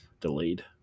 delayed